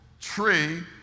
tree